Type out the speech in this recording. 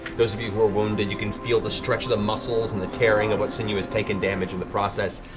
those of you who are wounded, you can feel the stretch of the muscles and tearing of what sinew has taken damage in the process.